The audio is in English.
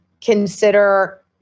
consider